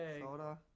Soda